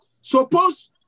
Suppose